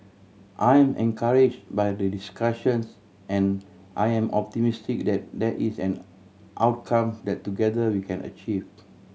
I am encourage by the discussions and I am optimistic that that is an outcome that together we can achieve